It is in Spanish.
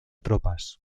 tropas